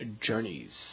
Journeys